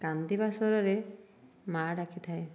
କାନ୍ଦିବା ସ୍ଵରରେ ମା' ଡାକିଥାଏ